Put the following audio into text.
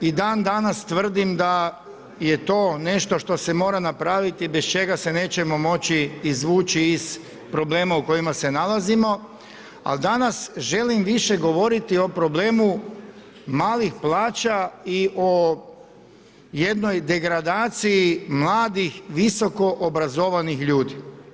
I dan danas tvrdim da je to nešto što se mora napravit i bez čega se nećemo moći izvući iz problema u kojima se nalazimo, ali danas želim više govoriti o problemu malih plaća i o jednoj degradaciji mladih visokoobrazovanih ljudi.